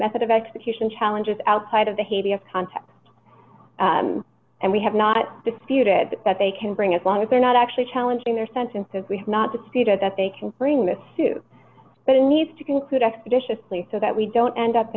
method of execution challenges outside of the haiti of context and we have not disputed that they can bring as long as they're not actually challenging their sentences we have not disputed that they can bring this suit but it needs to conclude expeditiously so that we don't end up